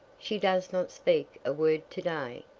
she does not speak a word to-day,